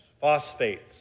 phosphates